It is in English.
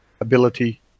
ability